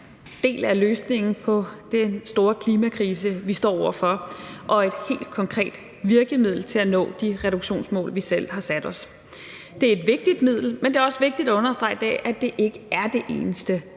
skov er en del af løsningen på den store klimakrise, vi står over for, og et helt konkret virkemiddel til at nå de reduktionsmål, vi selv har sat os. Det er et vigtigt middel, men det er også vigtigt at understrege i dag, at det ikke er det eneste